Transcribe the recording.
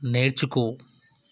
నేర్చుకో